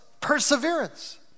perseverance